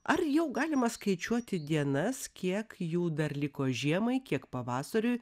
ar jau galima skaičiuoti dienas kiek jų dar liko žiemai kiek pavasariui